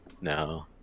No